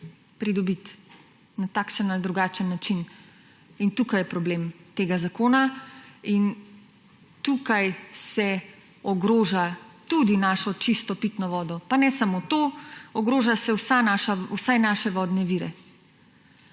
pridobiti, na takšen ali drugačen način. In tukaj je problem tega zakona in tukaj se ogroža tudi našo čisto pitno vodo. Pa ne samo to, ogroža se vse naše vodne vire.